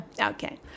Okay